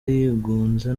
yigunze